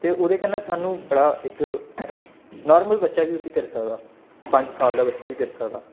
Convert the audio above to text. ते ओह्दे कन्नै सानूं बड़ा इक नार्मल बच्चा बी उस्सी करी सकदा पंज साल दा बच्चा बी करी सकदा